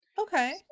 Okay